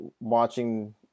watching